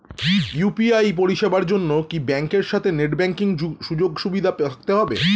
UPI পরিষেবার জন্য কি ব্যাংকের সাথে নেট ব্যাঙ্কিং সুযোগ সুবিধা থাকতে হবে?